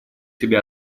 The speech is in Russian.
себя